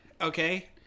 Okay